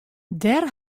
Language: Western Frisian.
dêr